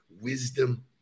wisdom